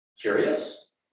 curious